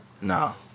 No